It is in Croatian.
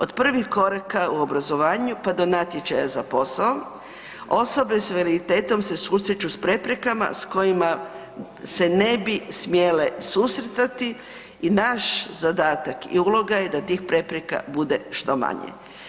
Od prvih koraka u obrazovanju pa do natječaja za posao, osobe sa invaliditetom se susreću s preprekama s kojima se ne bi smjele susretati i naš zadatak i uloga je da tih prepreka bude što manje.